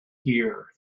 here